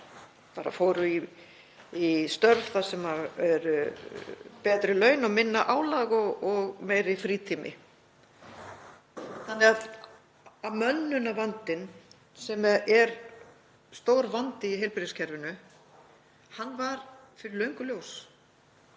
fóru í störf þar sem eru betri laun og minna álag og meiri frítími. Mönnunarvandinn, sem er stór vandi í heilbrigðiskerfinu, var fyrir löngu ljós